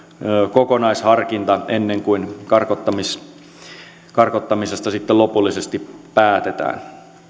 kokonaisharkinta ennen kuin karkottamisesta sitten lopullisesti päätetään